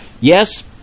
yes